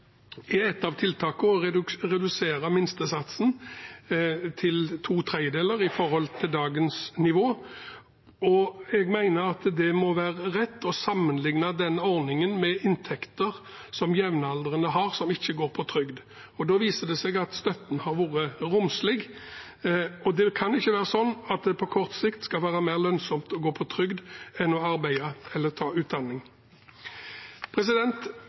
er et av tiltakene å redusere minstesatsen til to tredjedeler i forhold til dagens nivå. Jeg mener det må være rett å sammenligne den ordningen med inntekter jevnaldrende som ikke går på trygd, har. Da viser det seg at støtten har vært romslig, og det kan ikke være sånn at det på kort sikt skal være mer lønnsomt å gå på trygd enn å arbeide eller ta utdanning.